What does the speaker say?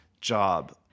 job